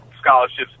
scholarships